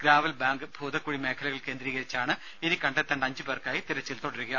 gravel bank Bhoothakkuzhi മേഖലകൾ കേന്ദ്രീകരിച്ചാണ് ഇനി കണ്ടെത്തേണ്ട അഞ്ച് പേർക്കായി തെരച്ചിൽ തുടരുക